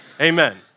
Amen